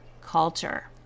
culture